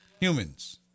humans